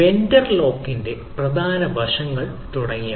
vendor ലോക്കിന്റെ പ്രധാന വശങ്ങൾ തുടങ്ങിയവ